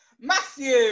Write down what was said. Matthew